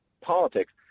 politics